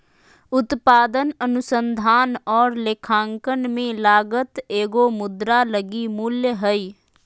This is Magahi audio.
उत्पादन अनुसंधान और लेखांकन में लागत एगो मुद्रा लगी मूल्य हइ